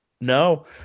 No